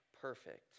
perfect